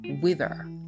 wither